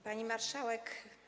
Pani Marszałek!